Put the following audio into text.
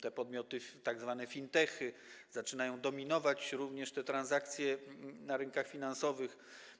Te podmioty, tzw. fintechy, zaczynają dominować, również, jeśli chodzi o transakcje na rynkach finansowych.